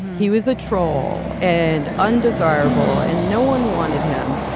he was a troll and undesirable and no one wanted him.